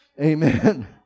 Amen